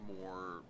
more